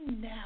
now